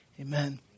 Amen